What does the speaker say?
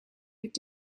could